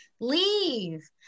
leave